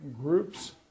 groups